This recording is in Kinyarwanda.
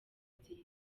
nziza